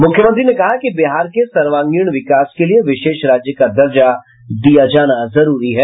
मुख्यमंत्री ने कहा कि बिहार के सर्वागीण विकास के लिए विशेष राज्य का दर्जा दिया जाना जरूरी है